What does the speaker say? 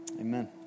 Amen